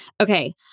Okay